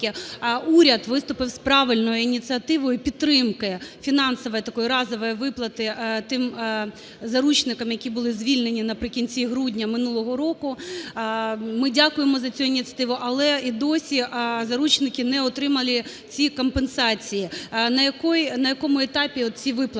уряд виступив з правильною ініціативою підтримки фінансової, такої разової виплати тим заручникам, які були звільнені наприкінці грудня минулого року. Ми дякуємо за цю ініціативу. Але і досі заручники не отримали ці компенсації. На якому етапі оці виплати?